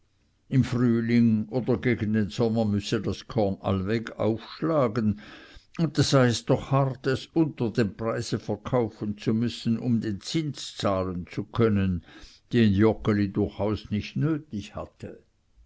im frühling oder gegen den sommer müsse das korn allweg aufschlagen und da sei es doch hart unter dem preise verkaufen zu müssen um den zins zahlen zu können den joggeli durchaus nicht nötig hatte